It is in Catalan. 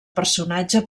personatge